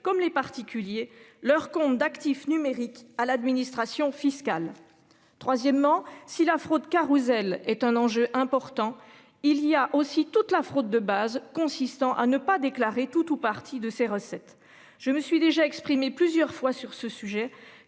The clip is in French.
comme les particuliers leur compte d'actifs numériques à l'administration fiscale. Troisièmement si la fraude carrousel est un enjeu important. Il y a aussi toute la fraude de base consistant à ne pas déclarer tout ou partie de ses recettes. Je me suis déjà exprimé plusieurs fois sur ce sujet